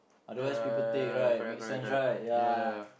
otherwise people take right make sense right ya